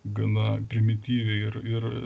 gana primityviai ir ir